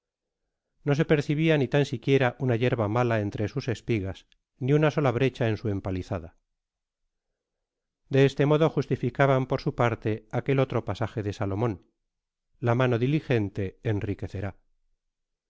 no se percibia ni tan siquiera una yerba mala entre sus espigas ni una sola breeha en su empalizada de este modo justificaban por su parte aquel otro pasaje de salomon la mano diligente